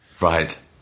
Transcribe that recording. right